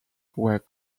were